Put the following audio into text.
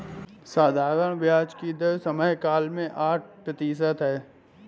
साधारण ब्याज की दर समयकाल में आठ प्रतिशत है